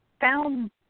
Found